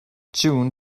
june